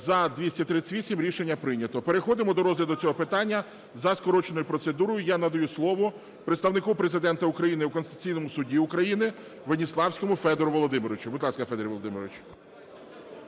238. Рішення прийнято. Переходимо до розгляду цього питання за скороченою процедурою я надаю слово Представнику Президента України в Конституційному Суді України Веніславському Федору Володимировичу. Будь ласка, Федір Володимирович.